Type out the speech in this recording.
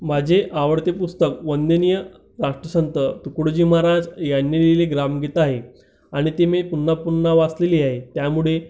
माझे आवडते पुस्तक वंदनीय राष्ट्रसंत तुकडोजी महाराज यांनी लिहलेली ग्रामगीता आहे आणि ती मी पुन्हा पुन्हा वाचलेली आहे त्यामुळे